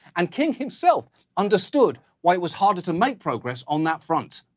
and king himself understood why it was harder to make progress on that front.